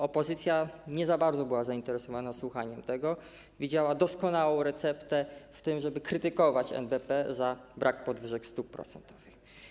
Opozycja nie za bardzo była zainteresowana słuchaniem tego, widziała doskonałą receptę w tym, żeby krytykować NBP za brak podwyżek stóp procentowych.